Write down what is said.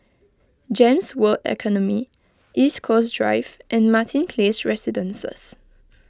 Gems World Academy East Coast Drive and Martin Place Residences